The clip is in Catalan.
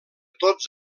tots